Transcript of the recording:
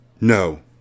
No